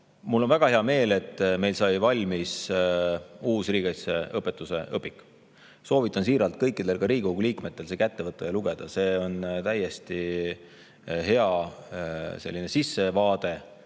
on väga hea meel, et meil sai valmis uus riigikaitseõpetuse õpik. Soovitan siiralt kõikidel Riigikogu liikmetel see kätte võtta ja seda lugeda, see on täiesti hea sissevaade